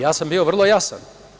Ja sam bio vrlo jasan.